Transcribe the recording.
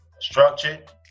structured